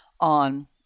On